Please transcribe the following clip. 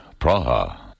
Praha